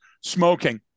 smoking